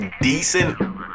decent